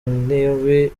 nabi